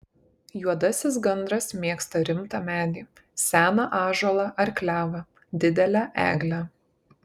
juodasis gandras mėgsta rimtą medį seną ąžuolą ar klevą didelę eglę